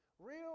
Real